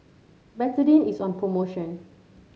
Betadine is on promotion